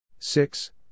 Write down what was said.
Six